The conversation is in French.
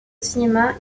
cinéma